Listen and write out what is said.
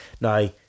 Now